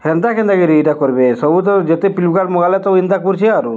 ସେମିତି କେମିତି କରିବି ସବୁ ତ ଯେତେ ଫ୍ଲିପକାର୍ଟ ମଗେଇଲେ ତ ସେମିତି କରୁଛି ଆଉ